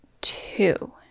two